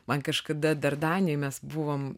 man kažkada dar danijoj mes buvom